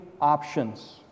options